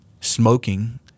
smoking